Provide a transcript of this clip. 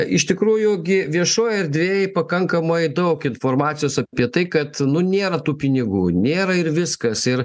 iš tikrųjų gi viešoj erdvėj pakankamai daug informacijos apie tai kad nu nėra tų pinigų nėra ir viskas ir